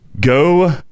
Go